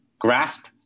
grasp